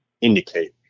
indicate